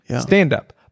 stand-up